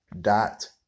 dot